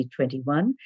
2021